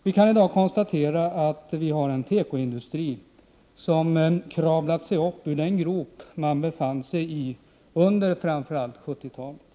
Vi kan i dag konstatera att vi har en tekoindustri som kravlat sig upp ur den grop den befann sig i under framför allt 1970-talet.